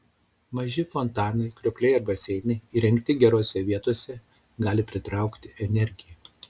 maži fontanai kriokliai ar baseinai įrengti gerose vietose gali pritraukti energiją